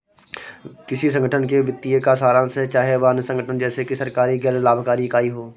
किसी संगठन के वित्तीय का सारांश है चाहे वह अन्य संगठन जैसे कि सरकारी गैर लाभकारी इकाई हो